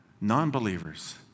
Non-believers